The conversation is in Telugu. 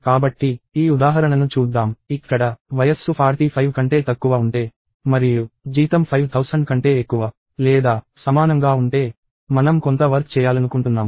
కాబట్టి ఈ ఉదాహరణను చూద్దాం ఇక్కడ వయస్సు 45 కంటే తక్కువ ఉంటే మరియు జీతం 5000 కంటే ఎక్కువ లేదా సమానంగా ఉంటే మనం కొంత వర్క్ చేయాలనుకుంటున్నాము